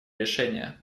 решение